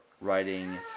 writing